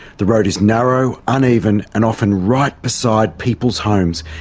the road is narrow, uneven and often right beside people's homes,